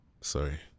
Sorry